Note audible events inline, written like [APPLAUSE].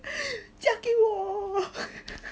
[BREATH] 嫁给我 [LAUGHS]